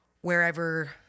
wherever